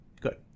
good